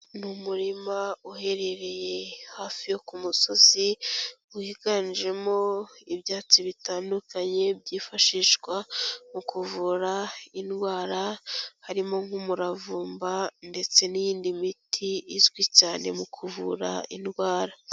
Ni umurima uherereye hafi yo ku musozi, wiganjemo ibyatsi bitandukanye byifashishwa mu kuvura indwara, harimo nk'umuravumba ndetse n'iyindi miti izwi cyane mu kuvura indwara.